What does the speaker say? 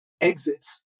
exits